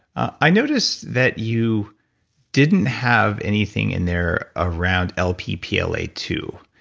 i noticed that you didn't have anything in there around lp p l a two.